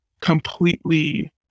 completely